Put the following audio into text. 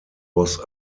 was